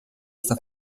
está